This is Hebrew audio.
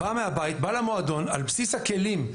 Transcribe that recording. הוא בא מהבית, בא למועדון, על בסיס הכלים.